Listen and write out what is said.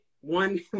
one